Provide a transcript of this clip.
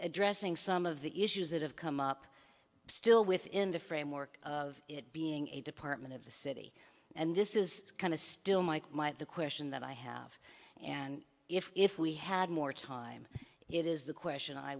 addressing some of the issues that have come up still within the framework of it being a department of the city and this is kind of still mike might the question that i have and if we had more time it is the question i